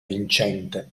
viciente